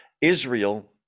Israel